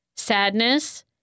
Sadness